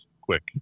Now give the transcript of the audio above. quick